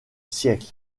siècle